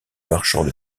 marchand